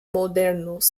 modernos